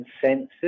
consensus